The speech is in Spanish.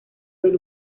del